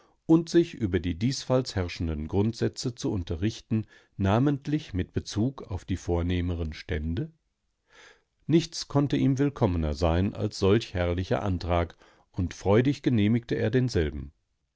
und sich über die diesfalls herrschenden grundsätze zu unterrichten namentlich mit bezug auf die vornehmeren stände nichts konnte ihm willkommener sein als solch herrlicher antrag und freudig genehmigte er denselben